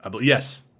Yes